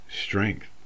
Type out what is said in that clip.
strength